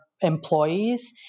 employees